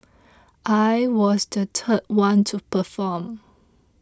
I was the third one to perform